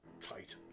tight